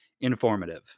informative